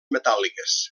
metàl·liques